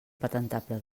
patentable